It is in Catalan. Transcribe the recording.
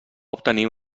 obtenir